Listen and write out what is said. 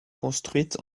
construite